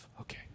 Okay